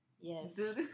yes